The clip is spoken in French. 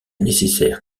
nécessaire